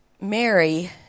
Mary